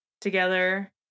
together